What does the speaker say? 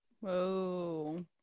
Whoa